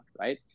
right